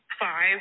five